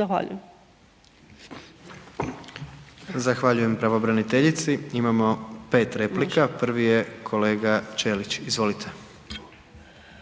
Zahvaljujem. **Jandroković, Gordan (HDZ)** Zahvaljujem pravobraniteljici. Imamo 5 replika. Prvi je kolega Ćelić. Izvolite.